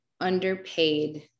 underpaid